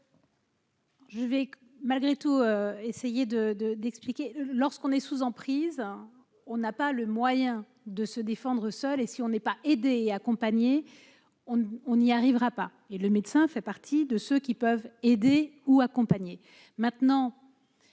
Je vais malgré tout essayer de, de, d'expliquer, lorsqu'on est sous emprise, on n'a pas le moyen de se défendre seul et si on n'est pas aidé et accompagné on ne on n'y arrivera pas, et le médecin fait partie de ceux qui peuvent aider ou accompagné maintenant